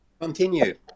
Continue